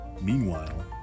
Meanwhile